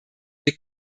wir